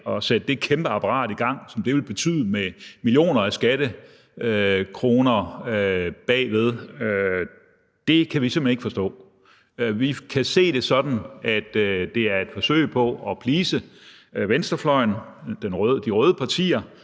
og sat det kæmpe apparat i gang, som det vil medføre, med millioner af skattekroner bag. Det kan vi simpelt hen ikke forstå. Vi ser det sådan, at det er et forsøg på at please venstrefløjen, de røde partier,